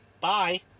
bye